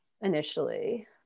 initially